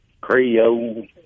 Creole